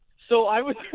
so, i was.